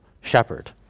shepherd